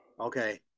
Okay